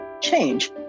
change